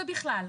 ובכלל.